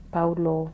Paulo